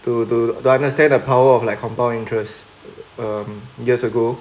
to to to understand the power of like compound interest um years ago